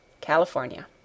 California